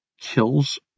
kills